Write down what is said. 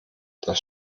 das